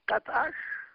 kad aš